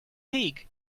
pig